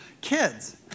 kids